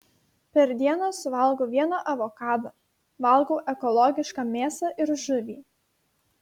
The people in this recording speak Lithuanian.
per dieną suvalgau vieną avokadą valgau ekologišką mėsą ir žuvį